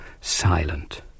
silent